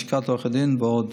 לשכת עורכי הדין ועוד.